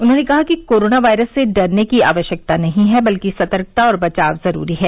उन्होंने कहा कि कोरोना वायरस से डरने की आवश्यकता नहीं है बल्कि सतर्कता और बचाव जरूरी है